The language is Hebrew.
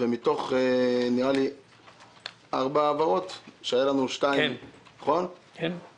ומתוך ארבע העברות